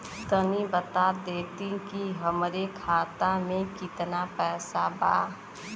तनि बता देती की हमरे खाता में कितना पैसा बा?